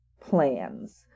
plans